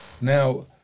now